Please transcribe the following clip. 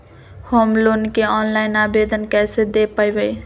Home loan के online आवेदन कैसे दें पवई?